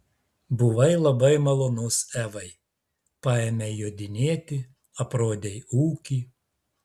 buvai labai malonus evai paėmei jodinėti aprodei ūkį